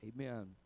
Amen